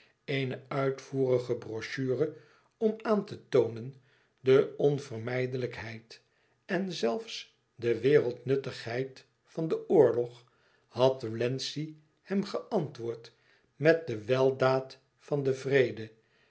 eene uitvoerige brochure om aan te toonen de onvermijdelijkheid en zelfs de wereldnuttigheid van den oorlog had wlenzci hem geantwoord met de weldaad van den vrede